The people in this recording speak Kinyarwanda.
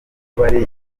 bari